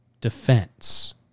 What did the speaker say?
defense